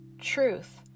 truth